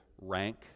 rank